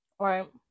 Right